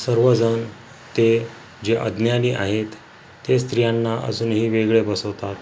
सर्वजण ते जे अज्ञानी आहेत ते स्त्रियांना अजूनही वेगळे बसवतात